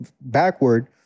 backward